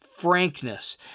Frankness